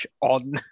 on